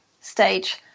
stage